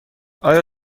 آیا